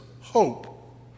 hope